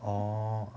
orh